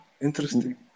Interesting